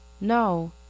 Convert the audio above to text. No